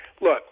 Look